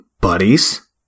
Buddies